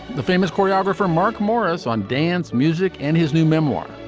the famous choreographer mark morris on dance music and his new memoir.